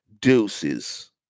Deuces